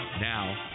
Now